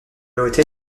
hôtel